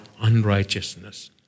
unrighteousness